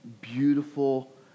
beautiful